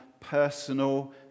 personal